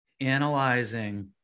analyzing